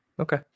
Okay